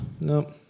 Nope